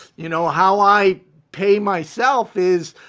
you know, how i pay myself is,